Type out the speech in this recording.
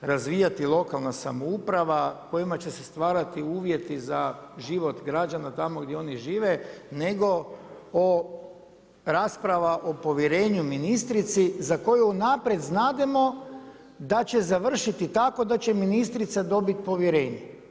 razvijati lokalna samouprava, kojima će se stvarati uvjeti za život građana tamo gdje oni žive nego rasprava o povjerenju ministrici za koju unaprijed znademo da će završiti tako da će ministrica dobiti povjerenje.